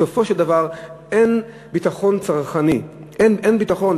בסופו של דבר אין ביטחון צרכני, אין ביטחון.